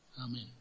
Amen